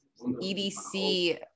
EDC